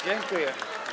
Dziękuję.